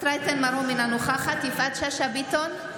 יפעת שאשא ביטון,